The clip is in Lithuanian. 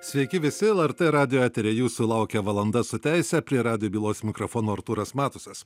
sveiki visi lrt radijo eteryje jūsų laukia valanda su teise prie radijo bylos mikrofono artūras matusas